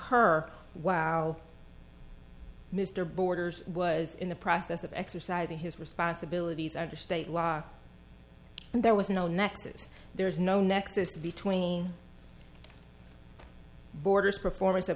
ur wow mr borders was in the process of exercising his responsibilities under state law and there was no nexus there is no nexus between borders performance